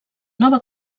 nova